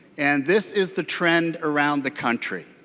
and this is the trend around the country.